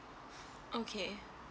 okay